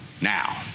Now